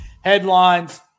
headlines